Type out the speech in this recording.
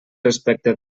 respecte